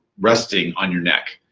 resting on your neck.